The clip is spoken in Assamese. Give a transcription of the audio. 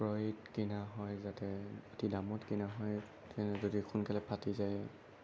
ক্ৰয়ত কিনা হয় যাতে অতি দামত কিনা হয় তেনেহ'লে যদি সোনকালে ফাটি যায়